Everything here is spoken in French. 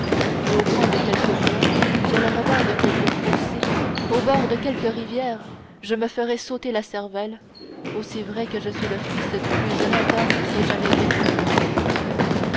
et au coin de quelque bois sur le revers de quelque fossé au bord de quelque rivière je me ferai sauter la cervelle aussi vrai que je suis le fils du plus honnête homme qui ait jamais vécu en france